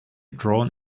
drawn